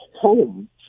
home